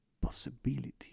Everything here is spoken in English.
possibility